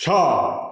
छः